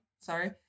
sorry